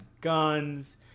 guns